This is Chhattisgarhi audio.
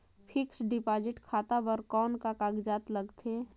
फिक्स्ड डिपॉजिट खाता बर कौन का कागजात लगथे?